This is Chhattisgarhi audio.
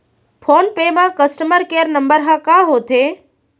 फोन पे म कस्टमर केयर नंबर ह का होथे?